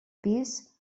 pis